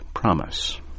Promise